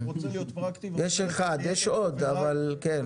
יש אחד, יש עוד, אבל כן.